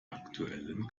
aktuellen